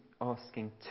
asking